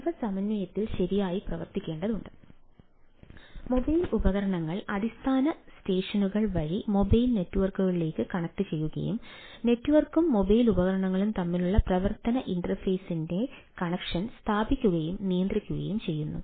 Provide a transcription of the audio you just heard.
ഇവ സമന്വയത്തിൽ ശരിയായി പ്രവർത്തിക്കേണ്ടതുണ്ട് മൊബൈൽ ഉപകരണങ്ങൾ അടിസ്ഥാന സ്റ്റേഷനുകൾ വഴി മൊബൈൽ നെറ്റ്വർക്കുകളിലേക്ക് കണക്റ്റുചെയ്യുകയും നെറ്റ്വർക്കും മൊബൈൽ ഉപകരണങ്ങളും തമ്മിലുള്ള പ്രവർത്തന ഇന്റർഫേസിന്റെ കണക്ഷൻ സ്ഥാപിക്കുകയും നിയന്ത്രിക്കുകയും ചെയ്യുന്നു